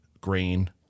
grain